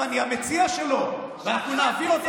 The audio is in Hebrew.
כי ראש הממשלה שלך נתן הוראה למי שעמד אז בראשות ועדת החוקה,